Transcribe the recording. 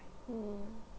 mm